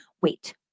Wait